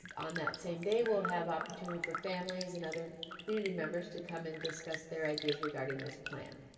on that same day. we'll have opportunity for families and other community members to come and discuss their ideas regarding this plan.